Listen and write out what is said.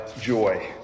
joy